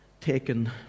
taken